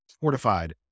fortified